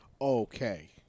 Okay